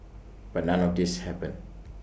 but none of this happened